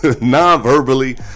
non-verbally